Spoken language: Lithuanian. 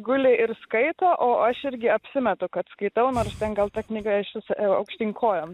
guli ir skaito o aš irgi apsimetu kad skaitau nors ten gal ta knyga iš viso aukštyn kojom